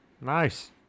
nice